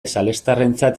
salestarrentzat